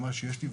מה שיש לי,